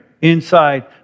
inside